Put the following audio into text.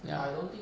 ya